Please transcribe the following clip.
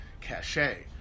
cachet